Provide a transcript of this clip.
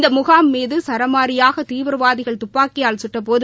இந்தமுகாம் மீதுசரமாரியாகதீவிரவாதிகள் துப்பாக்கியால் சுட்டபோது